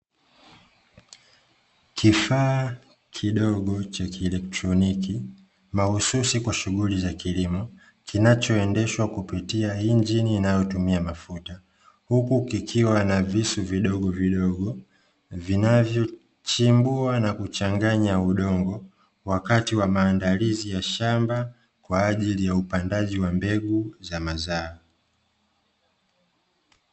Kifaa kidogo cha kieletroniki mahususi kwa shughuli za kilimo, kinachoendeshwa kupitia injini inayotumia mafuta, huku kikiwa na visu vidogovidogo vinavyochimbua na kuchanganya udongo wakati wa maandalizi ya shamba kwa ajili ya upandaji wa mbegu za mazao.